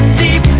deep